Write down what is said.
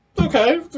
Okay